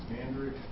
Andrew